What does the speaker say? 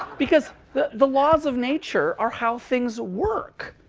because the the laws of nature are how things work.